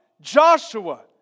Joshua